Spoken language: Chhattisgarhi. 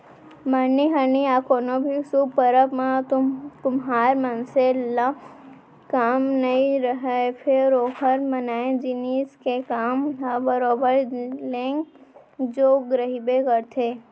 मरनी हरनी या कोनो भी सुभ परब म कुम्हार मनसे ले काम नइ रहय फेर ओकर बनाए जिनिस के काम ह बरोबर नेंग जोग रहिबे करथे